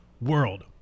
world